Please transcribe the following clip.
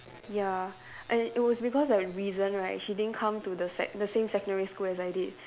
ya and it was because of reason right she didn't come to the sec the same secondary school as I did